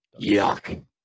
Yuck